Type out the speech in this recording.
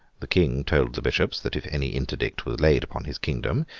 the king told the bishops that if any interdict were laid upon his kingdom,